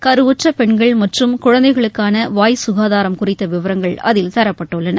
கருவுற்றப் பெண்கள் மற்றம் குழந்தைகளுக்கான வாய் சுகாதாரம் குறித்த விவரங்கள் அதில் தரப்பட்டுள்ளன